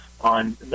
on